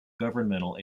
governmental